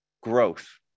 growth